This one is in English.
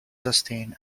sustain